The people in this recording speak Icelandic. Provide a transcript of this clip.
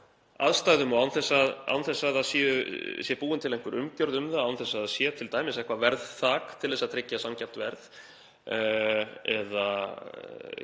aðstæðum og án þess að það sé búin til einhver umgjörð um það, án þess að það sé t.d. eitthvert verðþak til að tryggja sanngjarnt verð eða